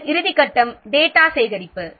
பின்னர் இறுதி கட்டம் டேட்டா சேகரிப்பு